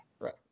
Right